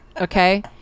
Okay